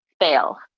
fail